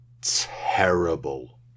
terrible